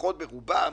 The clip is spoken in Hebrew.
לפחות ברובם,